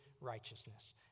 righteousness